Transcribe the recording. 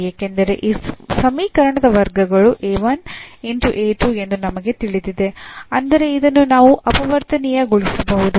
ಏಕೆಂದರೆ ಈ ಸಮೀಕರಣದ ವರ್ಗಗಳು ಎಂದು ನಮಗೆ ತಿಳಿದಿದೆ ಅಂದರೆ ಇದನ್ನು ನಾವು ಅಪವರ್ತನೀಯಗೊಳಿಸಬಹುದು